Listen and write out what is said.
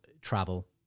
travel